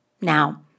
Now